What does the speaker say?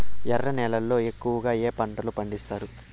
ఎర్ర నేలల్లో ఎక్కువగా ఏ పంటలు పండిస్తారు